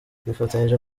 twifatanyije